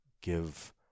give